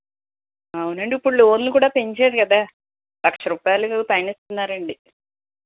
అవునండి ఇప్పుడు లోన్లు కూడా పెంచారు కదా లక్ష రూపాయలు పైన ఇస్తున్నారండి